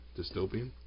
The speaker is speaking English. dystopian